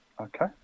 Okay